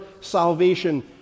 salvation